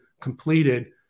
completed